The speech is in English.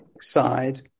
side